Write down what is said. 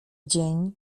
dzień